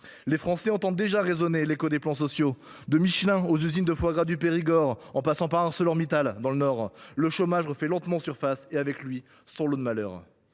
Les Français entendent déjà résonner l’écho des plans sociaux, de Michelin aux usines de foie gras du Périgord, en passant, dans le Nord, par ArcelorMittal. Le chômage refait lentement surface, et avec lui son lot de malheurs.